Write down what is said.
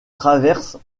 traverse